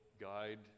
guide